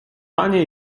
panie